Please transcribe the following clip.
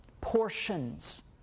portions